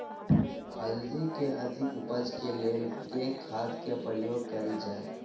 हल्दी केँ अधिक उपज केँ लेल केँ खाद केँ प्रयोग कैल जाय?